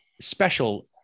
special